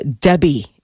Debbie